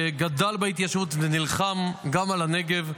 שגדל בהתיישבות ונלחם גם על הנגב,